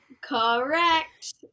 Correct